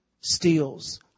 steals